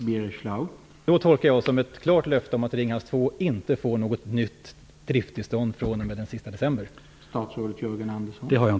Herr talman! Regeringen tar ställning på sakliga grunder och icke utifrån lobbyverksamhet, och det är min bedömning att detsamma gäller den här riksdagen.